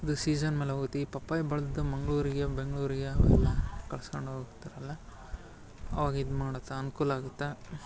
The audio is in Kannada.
ಇದು ಸೀಝನ್ ಮ್ಯಾಲೆ ಹೋಗುತ್ ಈ ಪಪ್ಪಾಯ ಬೆಳ್ದು ಮಂಗಳೂರಿಗೆ ಬೆಂಗಳೂರಿಗೆ ಅವೆಲ್ಲ ಕಳ್ಸ್ಕೊಂಡು ಹೋಗುತ್ತಾರಲ್ಲ ಅವಾಗ ಇದು ಮಾಡ್ತಾ ಅನುಕೂಲ ಆಗುತ್ತೆ